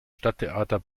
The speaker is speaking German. stadttheater